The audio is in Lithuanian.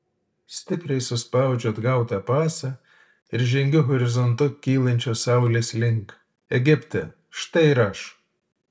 stipriai suspaudžiu atgautą pasą ir žengiu horizontu kylančios saulės link egipte štai ir aš